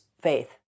faith